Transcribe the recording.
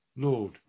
Lord